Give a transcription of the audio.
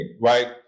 right